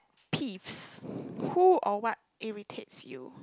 peeves who or what irritates you